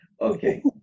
Okay